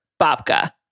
babka